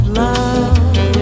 love